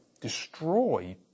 destroy